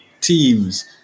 teams